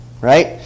right